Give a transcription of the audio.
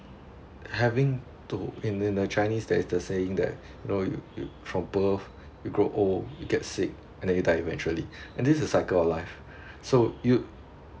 having to and then the chinese there is the saying that you know y~y~ from birth you grow old you get sick and then you die eventually and this is the cycle of life so you